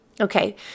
Okay